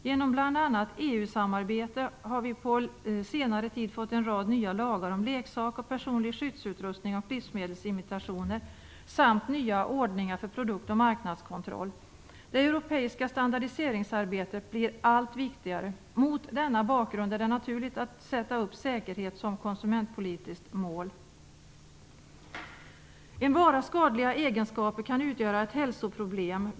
Genom bl.a. EU-samarbetet har vi på senare tid fått en rad nya lagar om leksaker, personlig skyddsutrustning och livsmedelsimitationer samt nya ordningar för produktoch marknadskontroll. Det europeiska standardiseringsarbetet blir allt viktigare. Mot denna bakgrund är det naturligt att sätta upp säkerhet som ett konsumentpolitiskt mål. En varas skadliga egenskaper kan utgöra ett hälsoproblem.